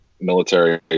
military